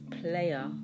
player